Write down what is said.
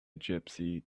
gypsy